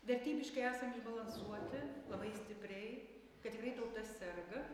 vertybiškai esam išbalansuoti labai stipriai kad vytautas serga